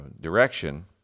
direction